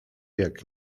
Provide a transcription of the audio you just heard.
jak